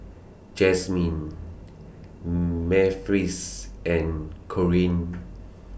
Jazmin Memphis and Corrine